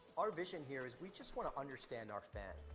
our vision here is we just want to understand our fan.